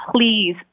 please